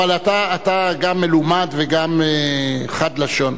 אבל אתה גם מלומד וגם חד לשון.